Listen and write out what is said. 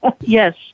Yes